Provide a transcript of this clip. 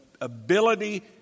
ability